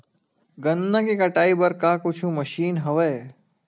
गन्ना के कटाई बर का कुछु मशीन हवय?